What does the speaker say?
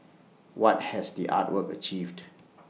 what has the art work achieved